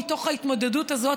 מתוך ההתמודדות הזאת,